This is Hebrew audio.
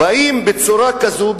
באים בצורה כזאת,